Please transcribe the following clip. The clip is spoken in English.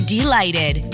Delighted